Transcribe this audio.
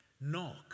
knock